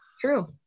True